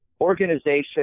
organization